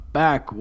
back